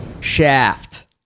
Shaft